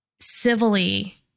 civilly